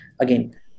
Again